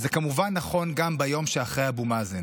וזה כמובן נכון גם ביום שאחרי אבו מאזן.